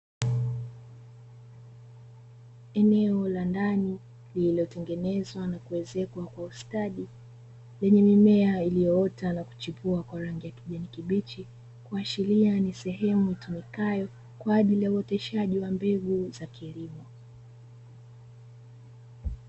Eneo la ndani lililotengenezwa na kuezekwa kwa ustadi lenye mimea iliyoota na kuchipua kwa rangi ya kijani kibichi, kuashiria ni eneo litumikalo kwa ajili ya uoteshaji wa mbegu za kilimo.